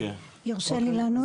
יורשה לי לענות?